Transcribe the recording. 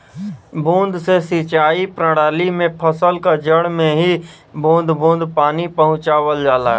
बूंद से सिंचाई प्रणाली में फसल क जड़ में ही बूंद बूंद पानी पहुंचावल जाला